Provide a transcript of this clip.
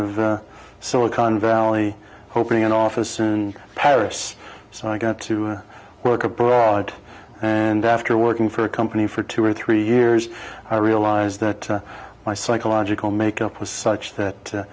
of silicon valley opening an office soon peris so i got to work abroad and after working for a company for two or three years i realized that my psychological makeup was such that